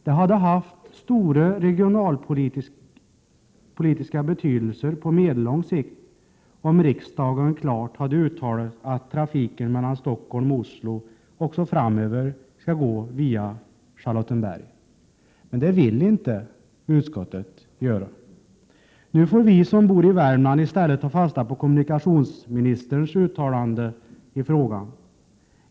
Det hade haft stor regionalpolitisk betydelse på medellång sikt om riksdagen klart hade uttalat att trafiken mellan Stockholm och Oslo också framöver skall gå via Charlottenberg. Men det vill inte utskottet göra. Nu får vi som bor i Värmland i stället ta fasta på kommunikationsministerns uttalande i frågan.